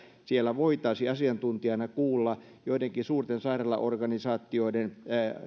siellä voitaisiin asiantuntijoina kuulla joidenkin suurten sairaalaorganisaatioiden